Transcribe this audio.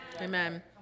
Amen